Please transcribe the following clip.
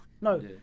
No